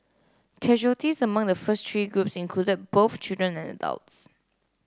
casualties among the first three groups included both children and adults